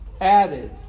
added